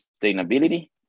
sustainability